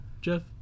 Jeff